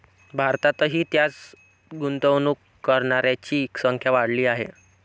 भारतातही त्यात गुंतवणूक करणाऱ्यांची संख्या वाढली आहे